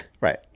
Right